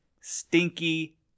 stinky